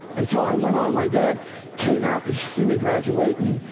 and so i went on. my dad came out to see me graduate and,